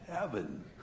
heaven